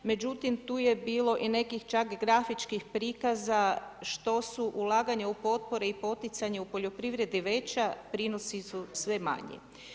Međutim, tu je bilo i nekih čak grafičkih prikaza što su ulaganja u potpore i poticanje u poljoprivredu veća prinosi su sve manji.